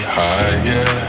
higher